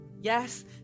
Yes